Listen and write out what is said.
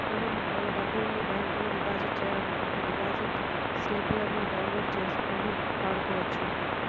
మనం మన డబ్బును బ్యాంకులో డిపాజిట్ చేయాలనుకుంటే డిపాజిట్ స్లిపులను డౌన్ లోడ్ చేసుకొని వాడుకోవచ్చు